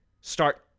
start